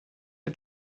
est